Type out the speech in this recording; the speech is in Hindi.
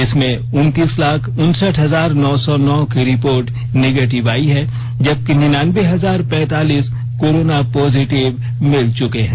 इसमें उनतीस लाख उनसठ हजार नौ सौ नौ की रिपोर्ट निगेटिव आई है जबकि निन्यान्बे हजार पैंतालीस कोरोना पॉजिटिव मिल चुके हैं